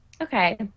Okay